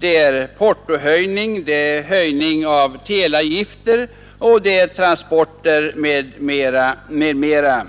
tur på portohöjning, höjning av teleavgifter, fördyrade transporter m.m.